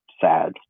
sad